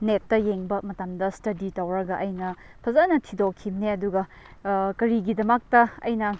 ꯅꯦꯠꯇ ꯌꯦꯡꯕ ꯃꯇꯝꯗ ꯏꯁꯇꯗꯤ ꯇꯧꯔꯒ ꯑꯩꯅ ꯐꯖꯅ ꯊꯤꯗꯣꯛꯈꯤꯕꯅꯦ ꯑꯗꯨꯒ ꯀꯔꯤꯒꯤꯗꯃꯛꯇ ꯑꯩꯅ